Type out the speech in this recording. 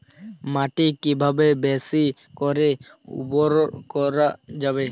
মাটি কিভাবে বেশী করে উর্বর করা যাবে?